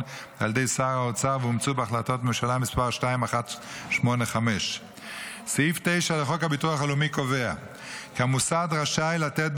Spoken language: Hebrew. על ידי שר האוצר ואומצו בהחלטת ממשלה מס' 2185. סעיף 9 לחוק הביטוח הלאומי קובע כי המוסד רשאי לתת,